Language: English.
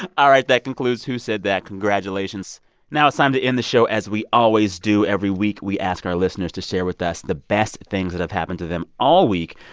all right. that concludes who said that. congratulations now it's time to end the show as we always do every week. we ask our listeners to share with us the best things that have happened to them all week.